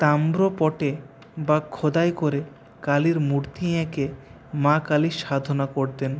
তাম্রপটে বা খোদাই করে কালীর মূর্তি এঁকে মা কালীর সাধনা করতেন